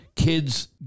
Kids